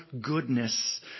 goodness